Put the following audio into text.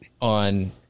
on